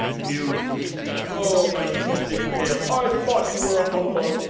you grease-tub! oh! my teeth and tail! i thought you were a humbug!